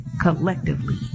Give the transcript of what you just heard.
collectively